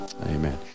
amen